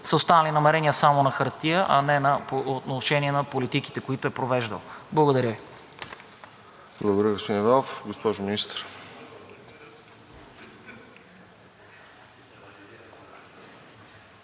са останали намерения само на хартия, а не по отношение на политиките, които е провеждало? Благодаря Ви.